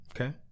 Okay